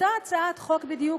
אותה הצעת חוק בדיוק,